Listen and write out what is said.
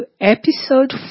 Episode